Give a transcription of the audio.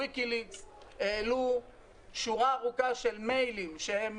ויקיליקס העלו שורה ארוכה של מיילים שהם